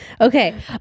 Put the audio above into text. Okay